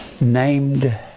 named